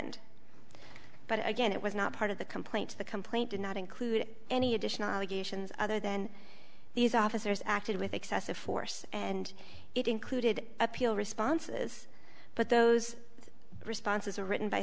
d but again it was not part of the complaint to the complaint did not include any additional allegations other than these officers acted with excessive force and it included appeal responses but those responses are written by